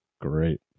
Great